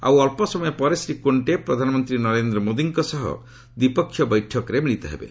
ଆଉ ଅଳ୍ପ ସମୟ ପରେ ଶ୍ରୀ କୋଣ୍ଟେ ପ୍ରଧାନମନ୍ତ୍ରୀ ନରେନ୍ଦ୍ର ମୋଦିଙ୍କ ସହ ଦ୍ୱିପକ୍ଷୀୟ ବୈଠକରେ ମିଳିତ ହେବେ